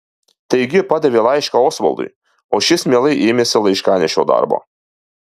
taigi padavė laišką osvaldui o šis mielai ėmėsi laiškanešio darbo